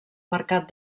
mercat